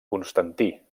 constantí